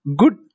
good